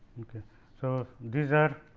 so, these are